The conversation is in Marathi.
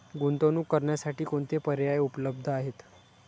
गुंतवणूक करण्यासाठी कोणते पर्याय उपलब्ध आहेत?